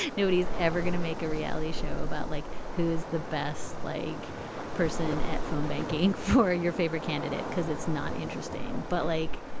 nobody's ever going to make a reality show about like, who is the best lagu like person at phone banking for your favorite candidate? because it's not interesting but like,